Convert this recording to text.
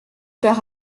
par